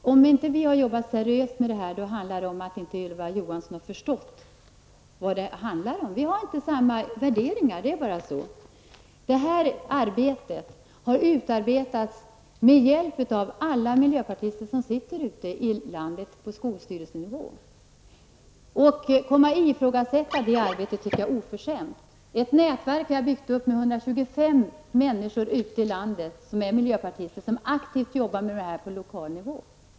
Herr talman! Om Ylva Johansson anser att vi i miljöpartiet inte har arbetat seriöst med detta är det därför att Ylva Johansson inte har förstått vad det handlar om. Vi har inte samma värderingar, det är bara så. Detta förslag har utarbetats med hjälp av de miljöpartister ute i landet som befinner sig på skolstyrelsenivå. Att ifrågasätta det arbetet tycker jag är oförskämt. Vi har byggt upp ett nätverk med 125 miljöpartister ute i landet som aktivt arbetar med dessa frågor på lokal nivå.